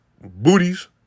Booties